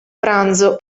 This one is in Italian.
pranzo